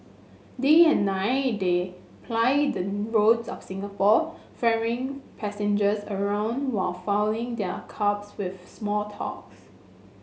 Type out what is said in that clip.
day and night they ply the roads of Singapore ferrying passengers around while filling their cabs with small talks